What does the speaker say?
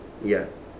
ya